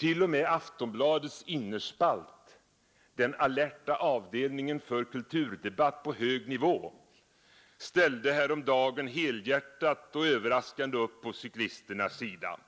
T. o. m. Aftonbladets Innerspalt den alerta avdelningen för kulturdebatt på hög nivå — ställde häromdagen helhjärtat och överraskande upp på cyklisternas sida.